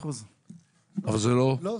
100%. לא,